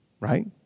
right